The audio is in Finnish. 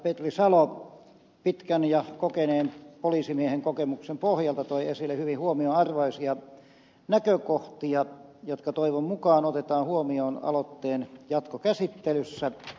petri salo pitkän ja kokeneen poliisimiehen kokemuksen pohjalta toi esille hyvin huomionarvoisia näkökohtia jotka toivon mukaan otetaan huomioon aloitteen jatkokäsittelyssä